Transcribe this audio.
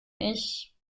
ich